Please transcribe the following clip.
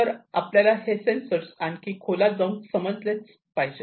तर आपल्याला हे सेन्सर्स आणखी खोलात जाऊन समजले पाहिजे